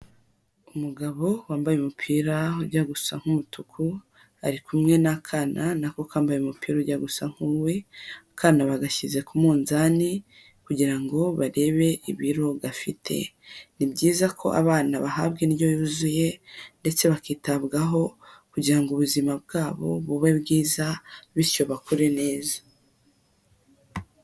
Umugabo wambaye umupira ujya gusa nk'umutuku ari kumwe n'akana na ko kambaye umupira ujya gusa nk'uwe, akana bagashyize ku munzani kugira ngo barebe ibiro gafite. Ni byiza ko abana bahabwa indyo yuzuye ndetse bakitabwaho, kugira ngo ubuzima bwabo bube bwiza bityo bakure neza.